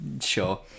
sure